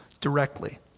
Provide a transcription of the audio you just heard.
directly